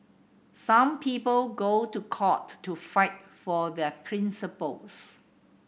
some people go to court to fight for their principles